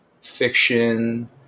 fiction